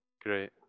Great